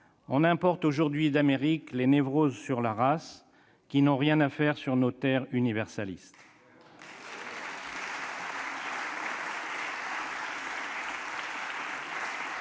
on importe aujourd'hui d'Amérique les névroses sur la race, qui n'ont rien à faire sur nos terres universalistes,